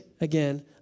again